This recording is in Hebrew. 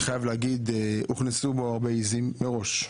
אני חייב להגיד, הוכנסו בו הרבה עיזים מראש,